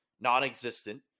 non-existent